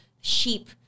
sheep